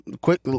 quick